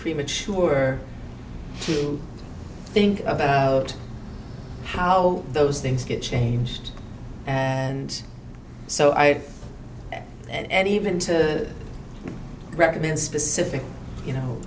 premature to think about how those things get changed and so i and even to recommend specific you know